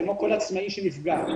כמו כל עצמאי שנפגע.